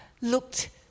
looked